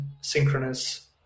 synchronous